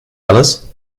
alice